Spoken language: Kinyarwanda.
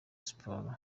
siporo